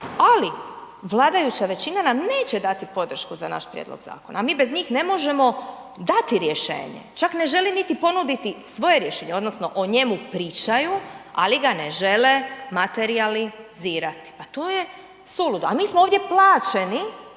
ali vladajuća većina nam neće dati podršku za naš prijedlog zakona, a mi bez njih ne možemo dati rješenje. Čak ne žele niti ponuditi svoje rješenje odnosno o njemu pričaju, ali ga ne žele materijalizirati, pa to je suludo. A mi smo ovdje plaćeni